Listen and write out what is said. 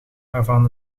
waarvan